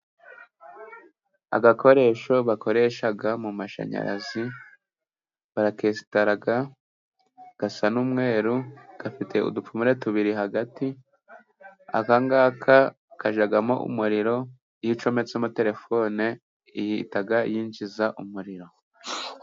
Agakoresho bakoresha mu mumashanyarazi. Barakesitara, gasa n'umweru, gafite udupfumure tubiri hagati. Aka ngaka kajyamo umuriro, iyo ucometsemo telefone, iyihita yinjiza umuriro.